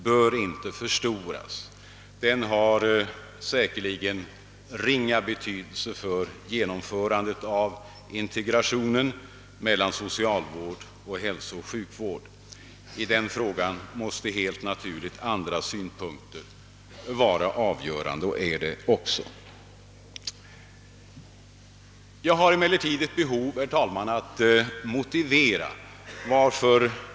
Jag vill upprepa att det är glädjande att det ställningstagande vi kommit till i denna fråga har vunnit utskottets gillande på praktiskt taget varje punkt. Såväl inom utskottet som i den mera allmänna tidningsdebatten har emellertid namnfrågan blivit föremål för ett speciellt intresse.